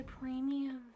Premium